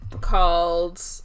called